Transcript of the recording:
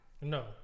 no